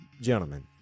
gentlemen